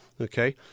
Okay